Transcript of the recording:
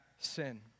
Sin